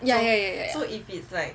ya ya ya